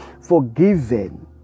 forgiven